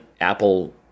Apple